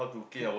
to